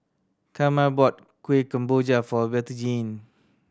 Carma bought Kueh Kemboja for Bettyjane